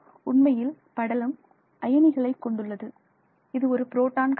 உண்மையில் படலம் அயனிகளை கொண்டுள்ளது இது ஒரு புரோட்டான் கடத்தி